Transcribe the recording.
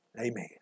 Amen